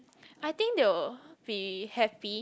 I think they will be happy